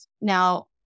Now